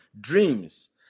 dreams